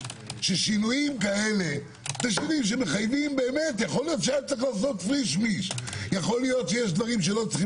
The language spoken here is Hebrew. ששינויים כאלה יכול להיות שיש דברים שלא צריכים